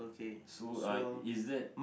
so uh is that